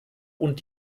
und